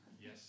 Yes